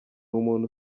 umuntu